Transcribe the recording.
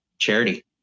Charity